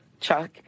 Chuck